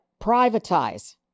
privatize